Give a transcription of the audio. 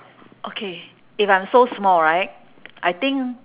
okay if I'm so small right I think